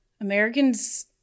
Americans